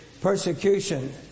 persecution